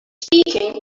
speaking